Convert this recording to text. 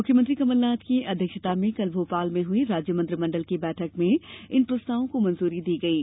मुख्यमंत्री कमलनाथ की अध्यक्षता में कल भोपाल में हई राज्य मंत्रिमण्डल की बैठक में इन प्रस्तावों को मंजूरी दी गयी